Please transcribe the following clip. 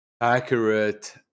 accurate